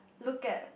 look at